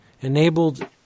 enabled